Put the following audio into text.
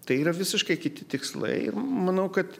tai yra visiškai kiti tikslai ir manau kad